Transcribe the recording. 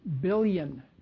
billion